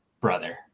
brother